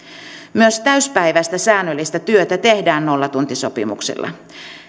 myös täyspäiväistä säännöllistä työtä tehdään nollatuntisopimuksilla